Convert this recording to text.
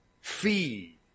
feed